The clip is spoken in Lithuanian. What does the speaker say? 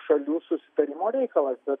šalių susitarimo reikalas bet